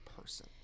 person